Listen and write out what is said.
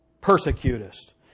persecutest